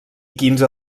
quinze